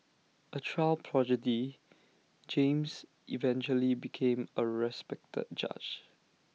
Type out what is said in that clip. A child prodigy James eventually became A respected judge